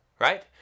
right